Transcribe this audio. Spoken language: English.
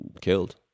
killed